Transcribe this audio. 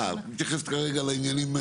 אה את מתייחסת כרגע לעניינים,